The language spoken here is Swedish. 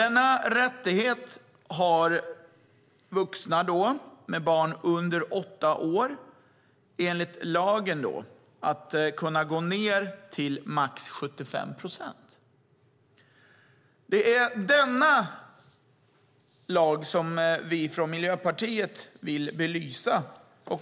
Denna rättighet att kunna gå ned i arbetstid till maximalt 75 procent har vuxna med barn under åtta år enligt lag. Det är denna lag som vi från Miljöpartiet vill belysa.